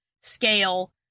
scale